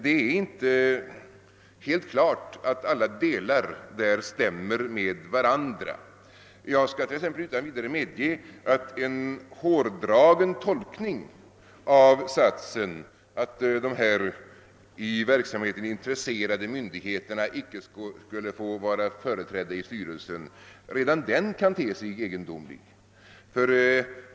Allt går inte till alla delar ihop i detta sammanhang. Jag skall t.ex. utan vidare medge att en hårdragen tolkning av uttalandet, att de myndigheter, vilkas verksamhetsområden behandlas i tidningen, icke skulle få vara företrädda i dess styrelse, kan te sig egendomlig.